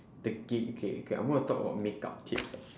take it okay okay I'm gonna talk about makeup tips lah